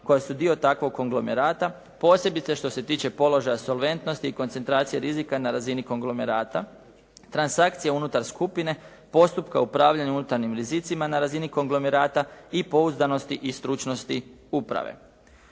koja su dio takvog konglomerata, posebice što se tiče položaja solventnosti i koncentracije rizika na razini konglomerata, transakcije unutar skupine, postupka upravljanja unutarnjim rizicima na razini konglomerata i pouzdanosti i stručnosti uprave.